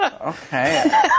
Okay